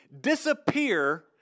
disappear